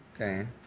Okay